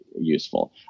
useful